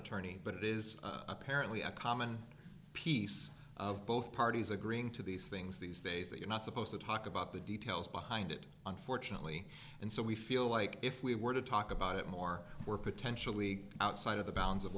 attorney but it is apparently a common piece of both parties agreeing to these things these days that you're not supposed to talk about the details behind it unfortunately and so we feel like if we were to talk about it more we're potentially outside of the bounds of